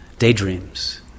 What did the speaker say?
daydreams